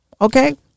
okay